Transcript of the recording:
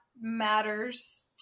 matters